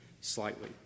slightly